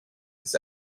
his